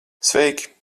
sveiki